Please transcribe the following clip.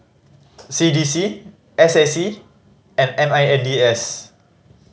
C D C S A C and M I N D S